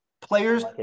Players